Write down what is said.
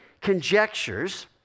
conjectures